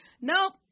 nope